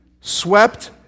swept